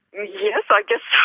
yes i guess so.